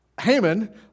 Haman